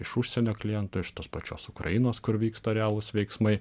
iš užsienio klientų iš tos pačios ukrainos kur vyksta realūs veiksmai